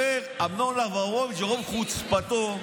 אומר אמנון אברמוביץ' ברוב חוצפתו,